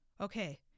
Okay